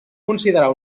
considerar